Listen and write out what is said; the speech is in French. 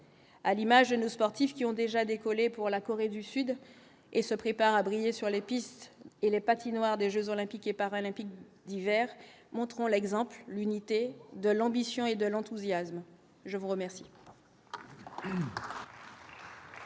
à l'image ne sportifs qui ont déjà décollé pour la Corée du Sud et se prépare à briller sur les pistes et les patinoires des Jeux olympiques et paralympiques d'hiver montrons l'exemple l'unité de l'ambition et de l'enthousiasme, je vous remercie.